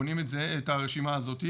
בונים את הרשימה הזאת,